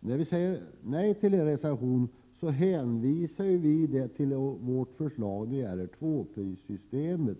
När vi säger nej till er reservation hänvisar vi till vårt förslag om ett tvåprissystem.